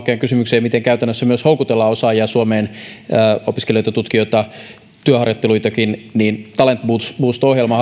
oikeaan kysymykseen miten käytännössä myös houkutellaan osaajia suomeen opiskelijoita tutkijoita työharjoittelijoitakin hallituksen talent boost ohjelma